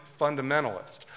fundamentalist